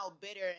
bitter